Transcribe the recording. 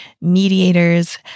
mediators